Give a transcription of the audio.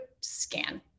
scan